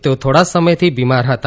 તેઓ થોડા સમયથી બિમાર હતા